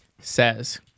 says